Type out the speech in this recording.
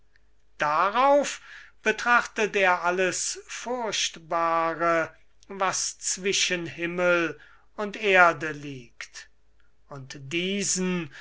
darauf betrachtet er alles furchtbare was zwischen himmel und erde liegt und diesen